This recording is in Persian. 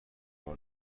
بکار